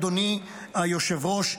אדוני היושב-ראש,